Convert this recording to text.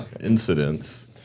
incidents